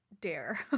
dare